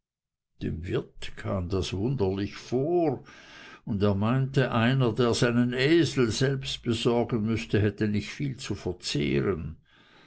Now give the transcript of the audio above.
dem wirt kam es wunderlich vor und er meinte einer der seinen esel selbst besorgen müßte hätte nicht viel zu verzehren